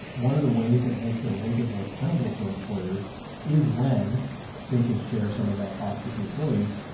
one of the ways that makes it a little bit more tenable for employers is when they can share some of that cost with the employees.